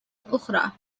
أخرى